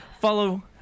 Follow